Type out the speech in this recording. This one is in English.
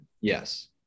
Yes